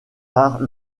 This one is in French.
par